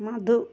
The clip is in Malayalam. മധു